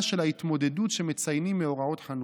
של ההתמודדות שמציינים מאורעות חנוכה: